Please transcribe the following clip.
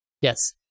Yes